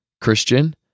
Christian